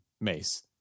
Mace